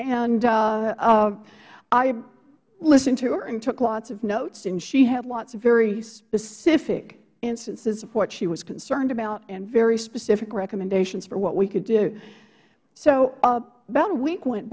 and i listened to her and took lots of notes and she had lots of very specific instances of what she was concerned about and very specific recommendations for what we could do so about a week went